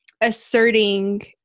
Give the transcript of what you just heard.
asserting